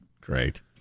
Great